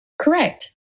Correct